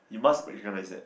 you must recognise that